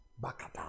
Bakata